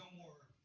more